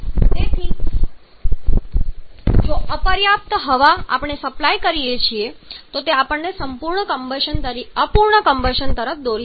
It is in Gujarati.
તેથી જો અપર્યાપ્ત હવા આપણે સપ્લાય કરીએ છીએ તો તે અપૂર્ણ કમ્બશન તરફ દોરી જશે